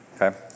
okay